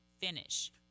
finish